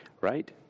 right